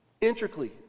intricately